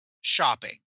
shopping